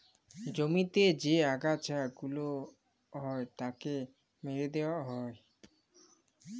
জমিতে যে আগাছা গুলা হ্যয় তাকে মেরে দিয়ে হ্য়য়